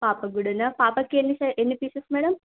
పాపకి కూడానా పాపకి ఎన్ని ఎన్ని పీసెస్ మేడమ్